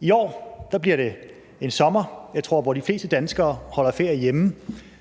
I år bliver det en sommer, hvor jeg tror de fleste danskere holder ferie hjemme.